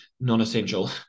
non-essential